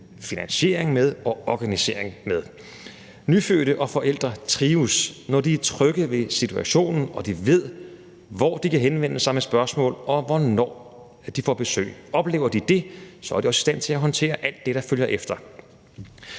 finansiering og organisering med. Nyfødte og forældre trives, når de er trygge ved situationen og de ved, hvor de kan henvende sig med spørgsmål, og hvornår de får besøg. Oplever de det, er de også i stand til at håndtere alt det, der følger efter.